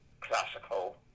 classical